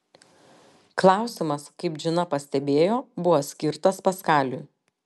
klausimas kaip džina pastebėjo buvo skirtas paskaliui